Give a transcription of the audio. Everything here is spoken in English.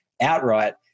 outright